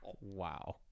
Wow